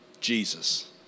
Jesus